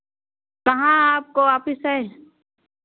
कहाँ आपको ऑफिस है